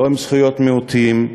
לא עם זכויות מיעוטים.